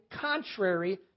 contrary